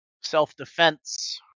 self-defense